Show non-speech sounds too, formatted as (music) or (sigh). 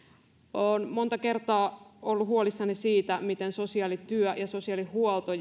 olen monta kertaa ollut huolissani siitä miten sosiaalityö ja sosiaalihuolto (unintelligible)